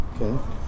Okay